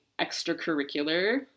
extracurricular